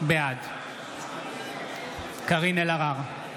בעד קארין אלהרר,